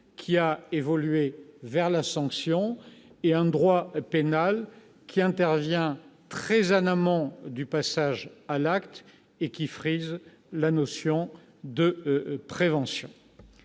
qui a évolué vers la sanction et un droit pénal qui intervient très en amont du passage à l'acte et frise ainsi la notion de prévention.